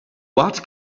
what